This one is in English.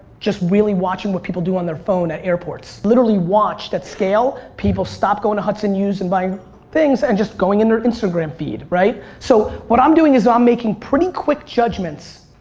just really watching what people do on their phone at airports. literally watched at scale people stopped going to hudson news and buying things and just going in their instagram feed. so what i'm doing is ah i'm making pretty quick judgments.